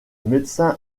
médecin